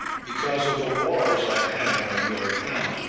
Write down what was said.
because of the wars i had on your account,